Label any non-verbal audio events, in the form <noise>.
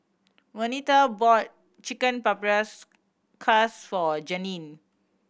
Venita bought Chicken <unintelligible> for Janeen